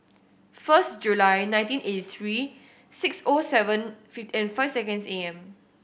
first July nineteen eighty three six O seven and five seconds A M